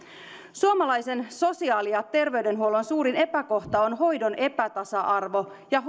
suomalaisen sosiaali ja terveydenhuollon suurin epäkohta on hoidon epätasa arvo ja